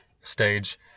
stage